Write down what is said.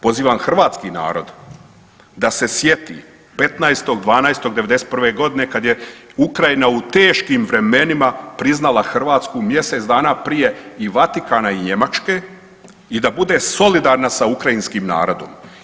Pozivam hrvatski narod da se sjeti 15.12.'91. godine kad je Ukrajina u teškim vremenima priznala Hrvatsku mjesec dana prije i Vatikana i Njemačke i da bude solidarna sa ukrajinskim narodom.